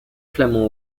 flamand